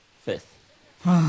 fifth